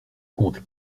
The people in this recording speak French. compte